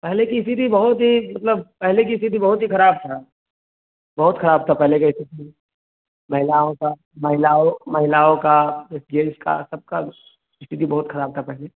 पहले की स्थिति बहुत ही मतलब पहले की स्थिति बहुत ही खराब थी बहुत खराब था पहले की स्थिति महिलाओं का महिलाओं महिलाओं का यह इसकी सबकी स्थिति बहुत खराब थी पहले